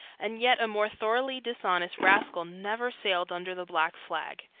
and yet a more thoroughly dishonest rascal never sailed under the black flag.